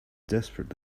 desperate